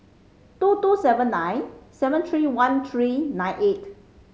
two two seven nine seven three one three nine eight